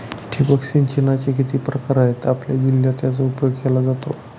ठिबक सिंचनाचे किती प्रकार आहेत? आपल्या जिल्ह्यात याचा उपयोग केला जातो का?